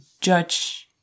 judge